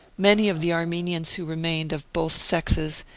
many of the armenians who remained, of both sexes,